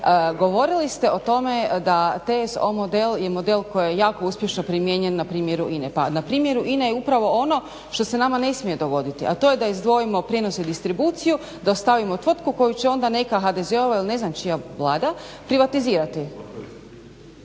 Govorili ste o tome da TSO model je model koji je jako uspješno primijenjen na primjeru INA-e. Pa na primjeru INA-e je upravo ono što se nama ne smije dogoditi, a to je da izdvojimo prijenose, distribuciju, da ostavimo tvrtku koju će onda neka HDZ-ova ili ne znam čija Vlada privatizirati.